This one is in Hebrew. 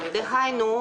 דהיינו,